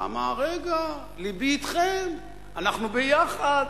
אמר: רגע, לבי אתכם, אנחנו ביחד.